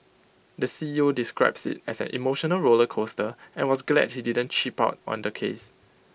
the C E O describes IT as an emotional roller coaster and was glad he didn't cheap out on the case